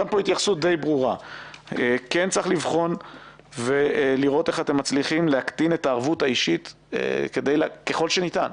צריך לבחון ולראות איך אתם מצליחים להקטין את הערבות האישית ככל שניתן.